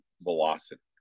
velocity